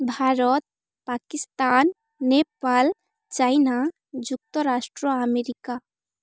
Bharat Pakistan Nepal China ଯୁକ୍ତରାଷ୍ଟ୍ର America